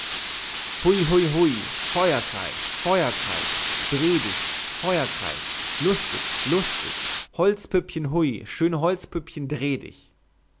hui hui hui feuerkreis feuerkreis dreh dich feuerkreis lustig lustig holzpüppchen hui schön holzpüppchen dreh dich